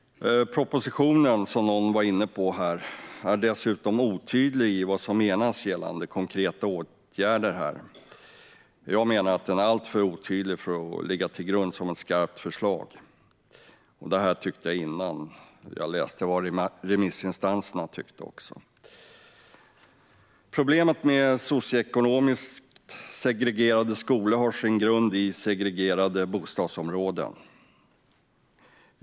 Propositionen är dessutom, som någon var inne på, otydlig i vad som menas gällande konkreta åtgärder. Jag menar att den är alltför otydlig för att ligga till grund som ett skarpt förslag, och det tyckte jag innan jag läste vad remissinstanserna anser. Problemet med socioekonomiskt segregerade skolor har sin grund i segregerade bostadsområden.